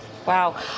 Wow